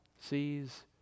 sees